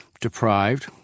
deprived